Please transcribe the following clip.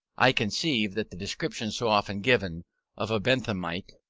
i conceive that the description so often given of a benthamite,